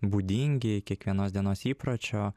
būdingi kiekvienos dienos įpročio